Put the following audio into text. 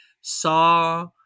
saw